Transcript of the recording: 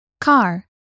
Car